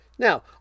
Now